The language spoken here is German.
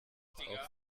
auch